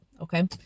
okay